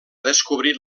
descobrir